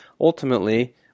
ultimately